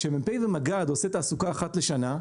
כאשר מ"פ ומג"ד עושה תעסוקה אחת לשנה,